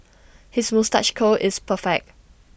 his moustache curl is perfect